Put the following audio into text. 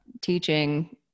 teaching